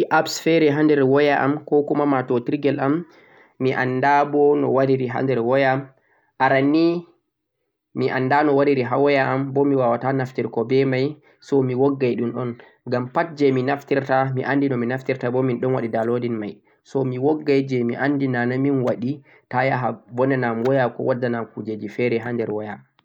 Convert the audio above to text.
To mi wari mi yi Apps feere ha nder waya am, 'ko kuma' matotiringel am, mi annda bo no wariri ha nder waya am, aran ni mi annda no wariri ha waya am bo mi waawa ta naftirgo be may, so mi woggay ɗum un, ngam pat jee mi naftirta mi anndi no mi naftirta bo min ɗon waɗi downloadinng may, so mi woggay jee mi anndi nana min waɗi ta yaha bunnana am waya ko wadda nam kuujeeeji feere ha nder waya.